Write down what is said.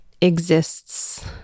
exists